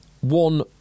One